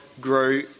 grow